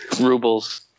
Rubles